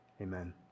Amen